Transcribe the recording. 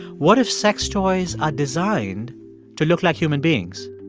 what if sex toys are designed to look like human beings?